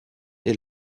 est